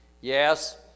Yes